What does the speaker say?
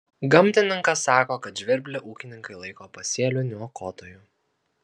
gamtininkas sako kad žvirblį ūkininkai laiko pasėlių niokotoju